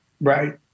right